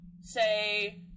say